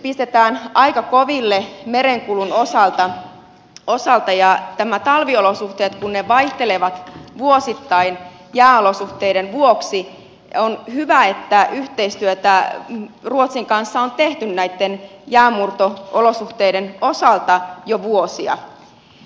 yritykset pistetään aika koville merenkulun osalta ja kun nämä talviolosuhteet vaihtelevat vuosittain jääolosuhteiden vuoksi on hyvä että yhteistyötä ruotsin kanssa on tehty näitten jäänmurto olosuhteiden osalta jo vuosia